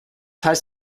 heißt